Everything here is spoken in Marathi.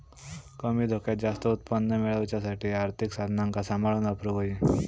कमी धोक्यात जास्त उत्पन्न मेळवच्यासाठी आर्थिक साधनांका सांभाळून वापरूक होई